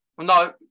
no